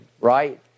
right